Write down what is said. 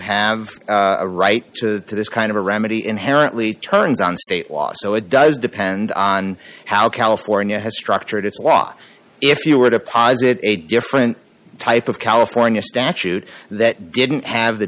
have a right to this kind of a remedy inherently turns on state law so it does depend on how california has structured its law if you were to posit a different type of california statute that didn't have the